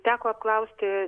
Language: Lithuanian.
teko apklausti